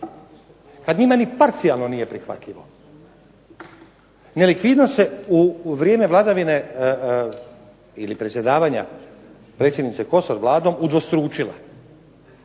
kad njima ni parcijalno nije prihvatljivo. Nelikvidnost se u vrijeme vladavine ili predsjedavanja predsjednice Kosor Vladom udvostručila,